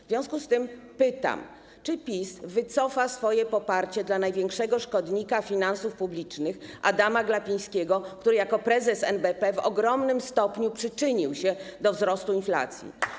W związku z tym pytam, czy PiS wycofa swoje poparcie dla największego szkodnika finansów publicznych Adama Glapińskiego, który jako prezes NBP w ogromnym stopniu przyczynił się do wzrostu inflacji.